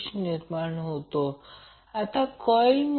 तर करंटची मग्नित्यूड येथे एक गोष्ट आहे